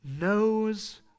knows